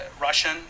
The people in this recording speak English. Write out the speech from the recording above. Russian